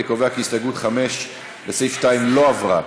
אני קובע כי הסתייגות 5, לסעיף 2, לא עברה.